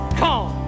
come